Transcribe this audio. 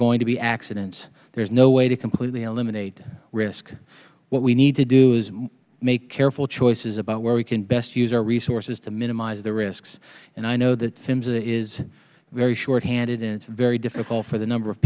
going to be accident no way to completely eliminate risk what we need to do is make careful choices about where we can best use our resources to minimize the risks and i know that simpson is very short handed and very difficult for the number of